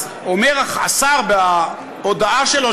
אז אומר השר בהודעה שלו,